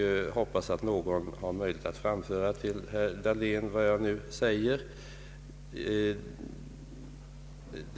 Jag hoppas att någon har möjlighet att framföra till herr Dahlén vad jag nu säger.